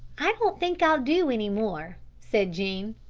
i don't think i'll do any more, said jean.